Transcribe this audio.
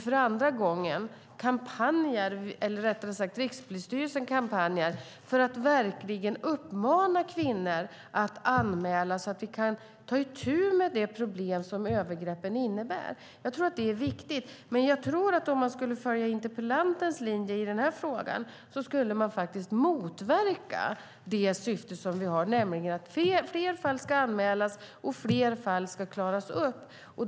För andra gången har Rikspolisstyrelsen nu kampanjer för att verkligen uppmana kvinnor att anmäla så att vi kan ta itu med de problem som övergreppen innebär. Jag tror att det är viktigt. Om man skulle följa interpellantens linje i denna fråga skulle man motverka det syfte som vi har, nämligen att fler fall ska anmälas och fler fall ska klaras upp.